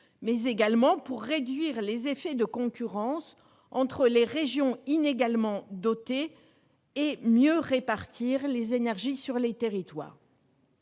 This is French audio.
territoires, ni pour réduire les effets de concurrence entre les régions inégalement dotées et mieux répartir les énergies sur les territoires.